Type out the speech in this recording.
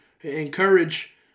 encourage